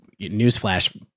newsflash